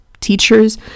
teachers